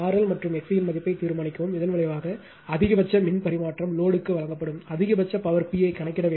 RL மற்றும் XC இன் மதிப்பைத் தீர்மானிக்கவும் இதன் விளைவாக அதிகபட்ச மின் பரிமாற்றம் லோடு க்கு வழங்கப்படும் அதிகபட்ச பவர் P ஐக் கணக்கிட வேண்டும்